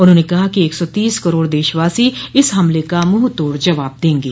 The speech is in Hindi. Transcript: उन्होंने कहा कि एक सौ तीस करोड़ देशवासी इस हमले का मुंहतोड़ जवाब देंगे